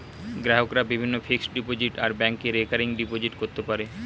গ্রাহকরা বিভিন্ন fixed deposit আর ব্যাংকে রেকারিং ডিপোজিট করতে পারে